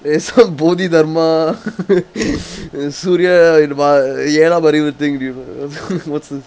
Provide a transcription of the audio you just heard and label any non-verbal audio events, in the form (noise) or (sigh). eh so bodhi dharma (noise) suria இன்ன:inna pa~ elam arivu video (noise) what's this